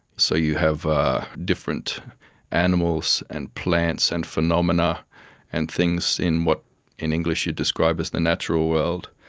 so you have ah different animals and plants and phenomena and things in what in english you'd describe as the natural world,